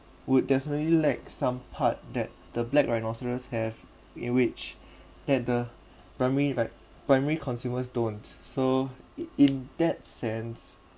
would definitely lack some part that the black rhinoceros have in which that the primary like primary consumers don't so it in that sense